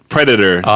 Predator